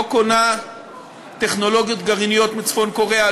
לא קונה טכנולוגיות גרעיניות מצפון-קוריאה,